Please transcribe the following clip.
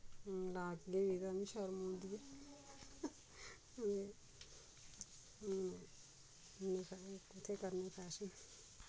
हून लाह्गे बी तां बी शर्म औंदी ऐ अदे हून हून असें कुत्थै करने फैशन